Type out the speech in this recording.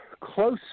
close